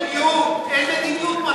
בצלאל, אין בעיה, אבל אין מדיניות, אין מדיניות.